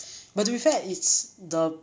but to be fair it's the